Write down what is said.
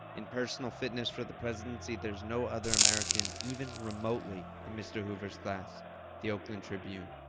in personal fitness for the presidency, there is no other american even remotely in mr. hoover's class the oakland tribune